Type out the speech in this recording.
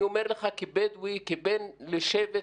אני אומר לך כבדואי, כבן לשבט